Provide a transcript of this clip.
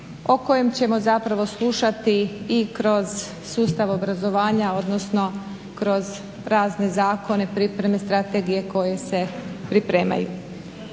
o kojem ćemo zapravo slušati i kroz sustav obrazovanja odnosno kroz razne zakone, pripreme, strategije koje se pripremaju.